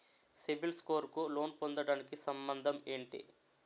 CIBIL score కు loan పొందటానికి సంబంధం ఏంటి?